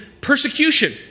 persecution